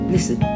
Listen